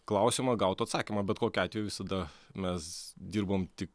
klausiamą gautų atsakymą bet kokiu atveju visada mes dirbam tik